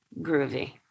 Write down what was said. groovy